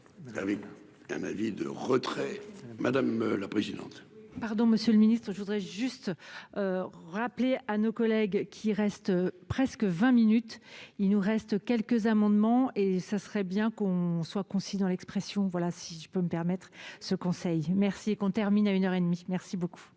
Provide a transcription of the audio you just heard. avez un avis de retrait, madame la présidente. Pardon, Monsieur le Ministre, je voudrais juste rappeler à nos collègues qui reste presque vingt minutes il nous reste quelques amendements et ça serait bien qu'on soit concis dans l'expression voilà si je peux me permettre ce conseil merci et qu'on termine à une heure et demie merci beaucoup.